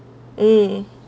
mm